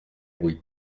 buit